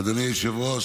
אדוני היושב-ראש,